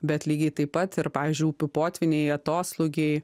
bet lygiai taip pat ir pavyzdžiui upių potvyniai atoslūgiai